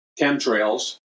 chemtrails